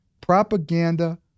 Propaganda